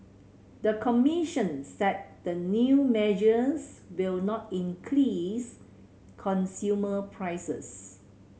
the commission said the new measures will not increase consumer prices